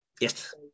Yes